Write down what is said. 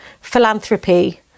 philanthropy